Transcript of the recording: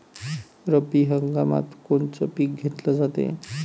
रब्बी हंगामात कोनचं पिक घेतलं जाते?